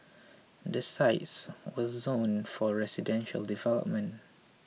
the sites were zoned for residential development